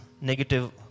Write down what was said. negative